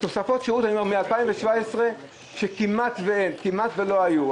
מ-2017 כמעט ולא היו.